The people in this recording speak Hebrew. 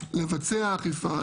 לבצע אכיפה.